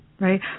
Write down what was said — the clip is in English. right